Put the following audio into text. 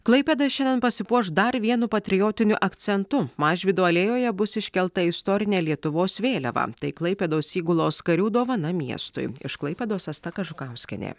klaipėda šiandien pasipuoš dar vienu patriotiniu akcentu mažvydo alėjoje bus iškelta istorinė lietuvos vėliava tai klaipėdos įgulos karių dovana miestui iš klaipėdos asta kažukauskienė